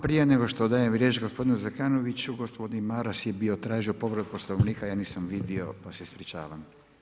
Prije nego što dam riječ gospodinu Zekanoviću, gospodin Maras je bio tražio povredu Poslovnika, ja nisam vidio, pa se ispričavam.